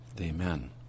Amen